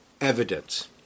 evidence